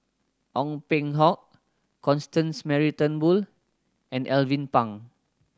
Ong Peng Hock Constance Mary Turnbull and Alvin Pang